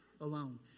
alone